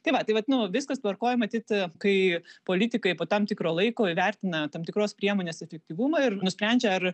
tai va tai vat nu viskas tvarkoj matyt kai politikai po tam tikro laiko įvertina tam tikros priemonės efektyvumą ir nusprendžia ar